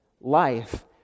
life